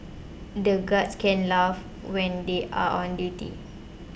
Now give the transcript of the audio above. the guards can't laugh when they are on duty